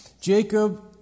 Jacob